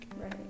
right